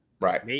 Right